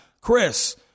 Chris